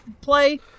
play